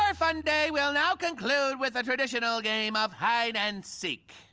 ah fun day will now conclude with a traditional game of hide and seek.